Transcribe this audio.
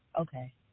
Okay